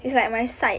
ya